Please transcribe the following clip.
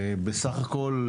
בסך הכול,